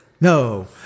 No